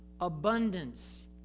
abundance